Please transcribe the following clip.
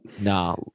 Nah